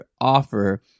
offer